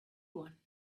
one